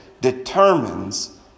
determines